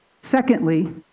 Secondly